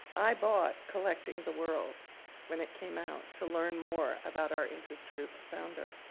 i bought collecting the world when it came out, to learn more about our interest group's founder,